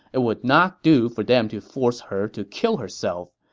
it would not do for them to force her to kill herself.